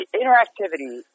interactivity